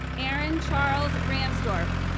aaron charles ransdorf.